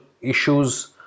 issues